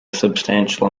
substantial